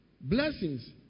Blessings